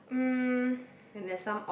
um